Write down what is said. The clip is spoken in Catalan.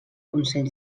consell